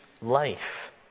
life